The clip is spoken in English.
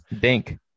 dink